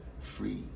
free